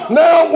now